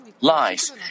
lies